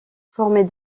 formée